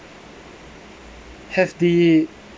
have the